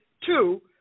two